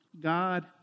God